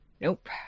Nope